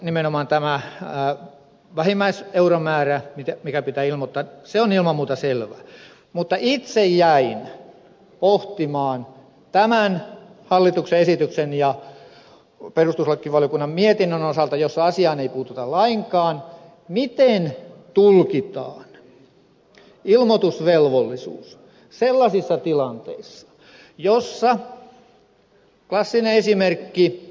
nimenomaan tämä vähimmäiseuromäärä mikä pitää ilmoittaa on ilman muuta selvä mutta itse jäin pohtimaan tämän hallituksen esityksen ja perustuslakivaliokunnan mietinnön osalta jossa asiaan ei puututa lainkaan miten tulkitaan ilmoitusvelvollisuus seuraavanlaisissa tilanteissa klassinen esimerkki